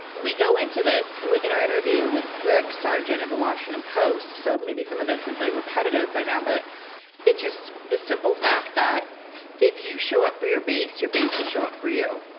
we go into this in our interview with greg sargent of the washington post. so maybe some of this is that repetitive by now but it's just the simple fact that if you show up for your base your base will show up for you.